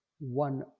one